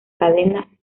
cadena